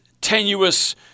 tenuous